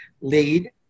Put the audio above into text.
Lead